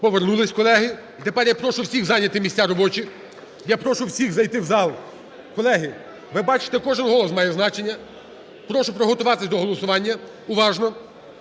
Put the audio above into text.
Повернулись, колеги. І тепер я прошу всіх зайняти місця робочі. Я прошу всіх зайти в зал. Колеги, ви бачите, кожен голос має значення. Прошу приготуватись до голосування. Уважно!